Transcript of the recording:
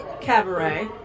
Cabaret